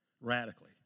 radically